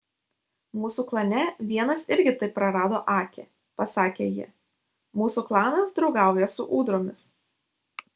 mūsų klane vienas irgi taip prarado akį pasakė ji mūsų klanas draugauja su ūdromis